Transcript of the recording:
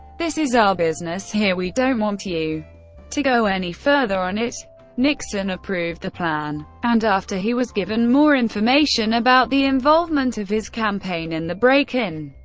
this is ah, business here we don't want you go any further on it nixon approved the plan, and after he was given more information about the involvement of his campaign in the break-in,